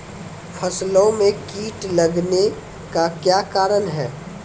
फसलो मे कीट लगने का क्या कारण है?